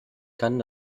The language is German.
kann